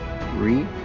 three